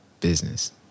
Business